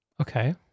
Okay